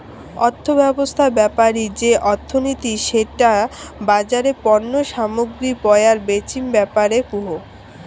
অর্থব্যবছস্থা বেপারি যে অর্থনীতি সেটা বাজারে পণ্য সামগ্রী পরায় বেচিম ব্যাপারে কুহ